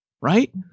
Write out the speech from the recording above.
right